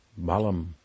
balam